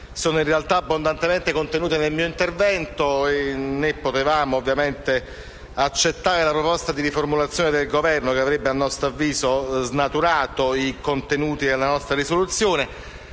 sono in realtà abbondantemente contenute nel mio intervento in sede di discussione, né potevamo, ovviamente, accettare la proposta di riformulazione del Governo che avrebbe, a nostro avviso, snaturato i contenuti della risoluzione